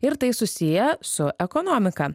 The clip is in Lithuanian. ir tai susiję su ekonomika